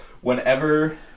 whenever